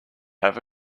have